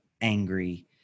angry